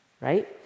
right